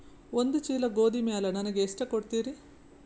ಒಂದ ಚೀಲ ಗೋಧಿ ಮ್ಯಾಲ ನನಗ ಎಷ್ಟ ಕೊಡತೀರಿ?